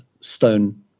stone